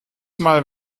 mal